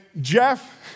Jeff